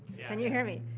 can you hear me?